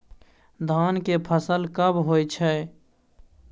धान के फसल कब होय छै?